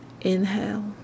inhale